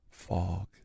fog